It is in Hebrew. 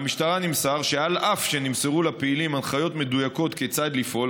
מהמשטרה נמסר שעל אף שנמסרו לפעילים הנחיות מדויקות כיצד לפעול,